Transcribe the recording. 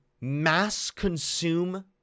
mass-consume